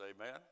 amen